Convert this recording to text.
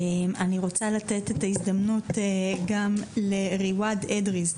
אני רוצה לתת את ההזדמנות גם לריוואד אדריס,